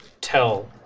tell